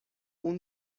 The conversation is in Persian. اون